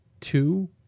two